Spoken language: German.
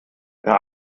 der